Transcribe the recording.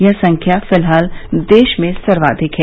यह संख्या फिलहाल देश में सर्वाधिक है